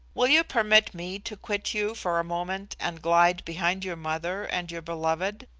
will you permit me to quit you for a moment and glide behind your mother and your beloved?